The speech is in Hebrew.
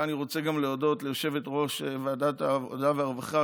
אני רוצה גם להודות ליושבת-ראש ועדת העבודה והרווחה,